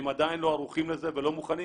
הם עדיין לא ערוכים לזה ולא מוכנים,